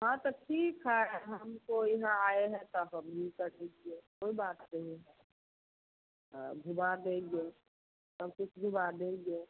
हाँ तो ठीक है हमको यहाँ आए हैं तो हम ही कर दीजिए कोई बात नहीं घूमा देंगे सब कुछ घूमा देंगे